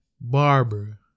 barber